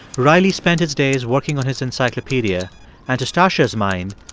riley spent his days working on his encyclopedia and, to stacya's mind,